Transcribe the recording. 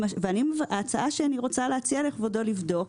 ההצעה שאני רוצה להציע לכבודו לבדוק.